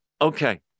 Okay